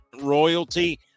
royalty